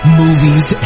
movies